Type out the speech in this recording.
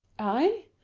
i? oh,